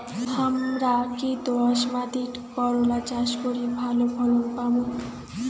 হামরা কি দোয়াস মাতিট করলা চাষ করি ভালো ফলন পামু?